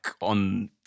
on